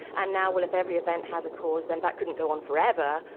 and now well if every event has a cause, then that couldn't go on forever,